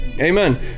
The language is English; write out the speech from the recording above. Amen